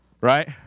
right